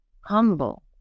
humble